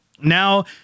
Now